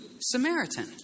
Samaritan